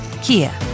Kia